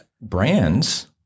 Brands